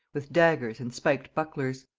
with daggers and spiked bucklers.